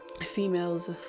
females